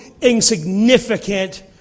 insignificant